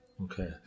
okay